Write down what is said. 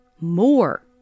more